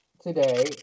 today